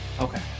Okay